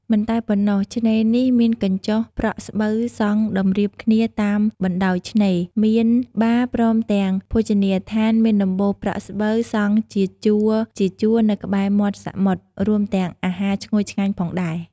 មិនតែប៉ុណ្ណោះ ឆ្នេរនេះមានកញ្ចុះប្រក់ស្បូវសង់តម្រៀបគ្នាតាមបណ្តោយឆ្នេរ មានបារព្រមទាំងភោជនីយដ្ឋានមានដំបូលប្រក់ស្បូវសង់ជាជួរៗនៅក្បែរមាត់សមុទ្រ រួមទាំងអាហារឈ្ងុយឆ្ងាញ់ផងដែរ។